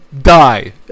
Die